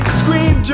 scream